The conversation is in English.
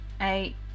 eight